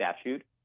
statute